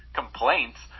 complaints